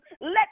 let